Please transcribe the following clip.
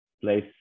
place